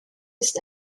ist